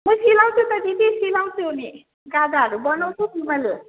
म सिलाउँछु त दिदी सिलाउँछु नि गादाहरू बनाउँछु दी मैले